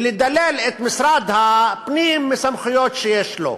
ולדלל את משרד הפנים מסמכויות שיש לו.